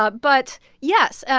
but but yes, yeah